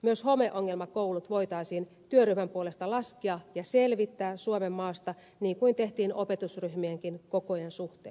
myös homeongelmakoulut voitaisiin työryhmän puolesta laskea ja selvittää suomenmaasta niin kuin tehtiin opetusryhmienkin kokojen suhteen